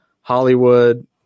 Hollywood